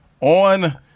On –